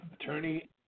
attorney